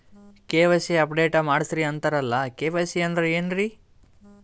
KYC update ಮಾಡಸ್ರೀ ಅಂತರಲ್ಲ KYC ಅಂದ್ರ ಏನ್ರೀ?